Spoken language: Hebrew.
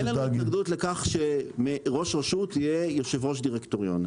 אין לנו התנגדות לכך שראש רשות יהיה יושב-ראש דירקטוריון.